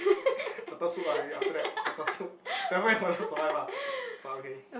turtle soup ah maybe after that turtle soup then wait for you all survive ah but okay